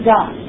God